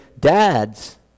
dads